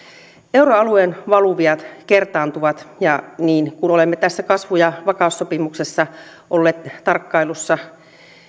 euroalueen valuviat kertaantuvat ja niin kuin olemme tässä kasvu ja vakaussopimuksessa olleet tarkkailussa